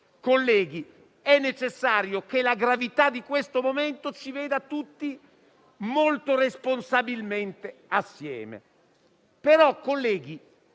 colleghi, è necessario che la gravità di questo momento ci veda tutti molto responsabilmente assieme. Tuttavia,